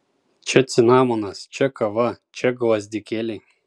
čia cinamonas čia kava čia gvazdikėliai